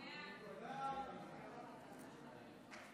ההצעה להעביר את הצעת חוק הביטוח הלאומי (תיקון,